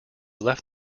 left